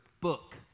book